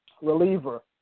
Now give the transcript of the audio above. reliever